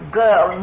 girl